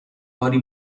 کاری